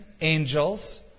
angels